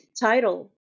title